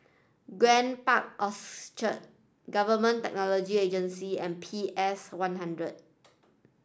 Grand Park Orchard Government Technology Agency and C M P S one hundred